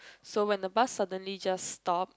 so when the bus suddenly just stop